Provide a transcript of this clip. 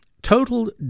total